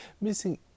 missing